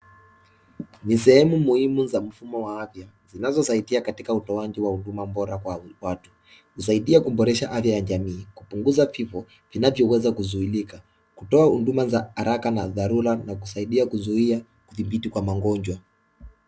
Ni sehemu muhimu za mfumo wa afya zinazosaidia katika utoaji wa huduma bora za watu, husaidia kuboresha afya ya jamii, kupunguza vifo vinavyoweza kuzuilika, huweza kutoa huduma za haraka na dharura na kuzuia dhibit kwa magonjwa.